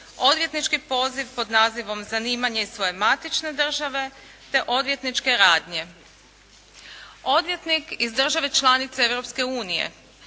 odvjetnički poziv pod nazivom zanimanje iz svoje matične države te odvjetničke radnje. Odvjetnik iz države članice